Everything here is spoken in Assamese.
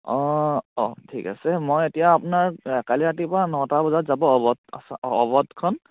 অঁ অঁ অঁ ঠিক আছে মই এতিয়া আপোনাৰ কালি ৰাতিপুৱা নটা বজাত যাব অবধ অ অবধখন